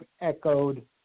echoed